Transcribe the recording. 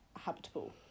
habitable